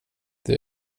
det